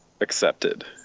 accepted